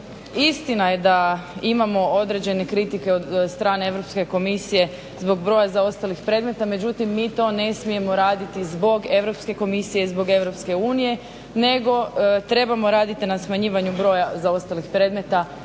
istina je da imamo određene kritike od strane Europske komisije zbog broja zaostalih predmeta, međutim mi to ne smijemo raditi zbog Europske komisije i zbog EU nego trebamo raditi na smanjivanju broja zaostalih predmeta